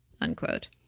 unquote